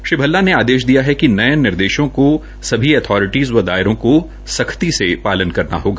श्री भल्ला ने आदेश दिये कि नये निर्देशों की सभी एथारिटीज व दायरों को संख्ती से पालना करना होगा